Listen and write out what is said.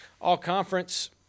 all-conference